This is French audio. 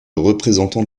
représentants